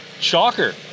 shocker